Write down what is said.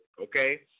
okay